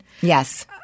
Yes